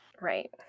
Right